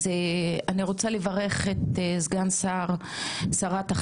אז אני רוצה לברך את סגן שרת החינוך,